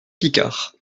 picard